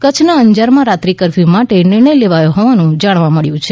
કચ્છના અંજારમાં રાત્રિ કરફ્યુ માટે નિર્ણય લેવયો હોવાનું જાણવા મળ્યું છે